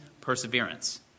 perseverance